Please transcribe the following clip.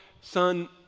son